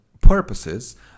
purposes